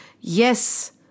yes